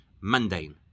mundane